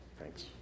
Thanks